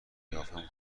قیافم